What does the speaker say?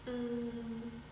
um